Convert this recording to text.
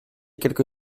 quelque